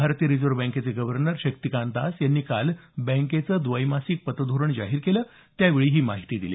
भारतीय रिजव्ह बँकेचे गव्हर्नर शक्तिकांत दास यांनी काल बँकेचं द्वैमासिक पतधोरण जाहीर केलं त्यावेळी त्यांनी ही माहिती दिली